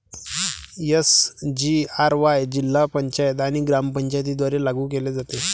SGRY जिल्हा पंचायत आणि ग्रामपंचायतींद्वारे लागू केले जाते